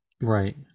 Right